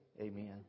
Amen